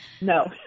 No